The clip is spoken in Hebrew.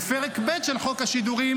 בפרק ב' של חוק השידורים,